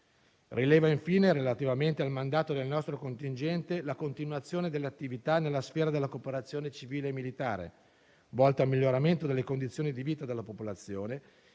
Rileva infine, relativamente al mandato del nostro contingente, la continuazione delle attività nella sfera della cooperazione civile e militare, volta al miglioramento delle condizioni di vita della popolazione;